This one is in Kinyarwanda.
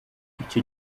icyo